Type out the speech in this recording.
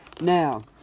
now